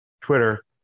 Twitter